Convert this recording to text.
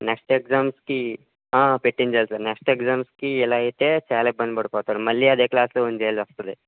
next ఎగ్జామ్స్కి ఆ పెట్టించాలి సార్ నెక్స్ట్ ఎగ్జామ్స్కి ఇలా అయితే చాలా ఇబ్బంది పడిపోతారు మళ్ళీ అదే క్లాసులో ఉంచేయాల్సి వస్తుంది